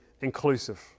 inclusive